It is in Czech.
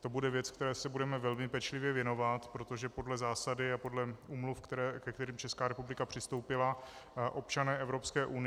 To bude věc, které se budeme velmi poctivě věnovat, protože podle zásady a úmluv, ke kterým Česká republika přistoupila, občané EU